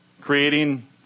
creating